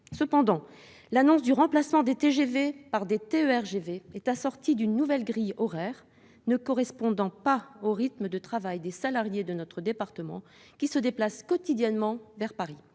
Cependant, l'annonce du remplacement des TGV par des « TERGV » est assortie d'une nouvelle grille horaire ne correspondant pas au rythme de travail des salariés de notre département, qui se déplacent quotidiennement vers Paris.